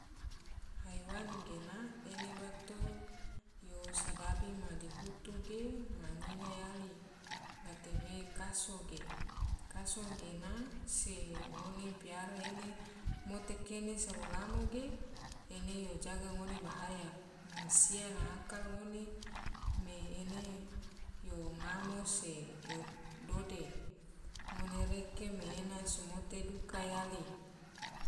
Haiwan gena ene bato yo sodabi madihutu ge ma nyinga yali, gatebe kaso ge, kaso gena se ngone piara ene mote kene sado lamo ge ene yo jaga ngone bahaya, mansia nakal ngone me ene yo ngamo se yo dode, ngone reke me ena somote duka yali.